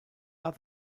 are